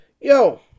Yo